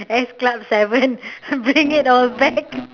S club seven bring it all back